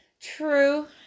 True